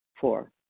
Four